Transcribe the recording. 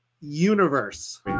universe